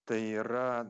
tai yra